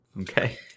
Okay